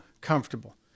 comfortable